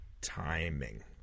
Timing